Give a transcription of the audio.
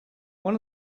one